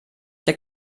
der